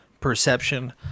perception